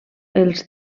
els